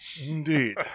Indeed